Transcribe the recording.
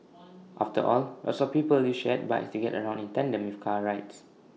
after all lots of people use shared bikes to get around in tandem with car rides